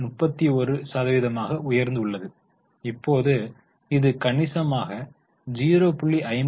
31 சதவீதமாக உயர்ந்துள்ளது இப்போது இது கணிசமாக 0